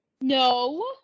No